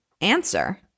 answer